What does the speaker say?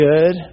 Good